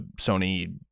sony